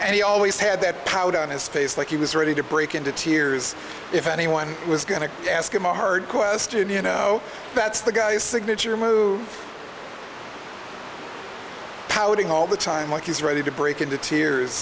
and he always had that powder on his face like he was ready to break into tears if anyone was going to ask him a hard question you know that's the guy signature move pouting all the time like he's ready to break into tears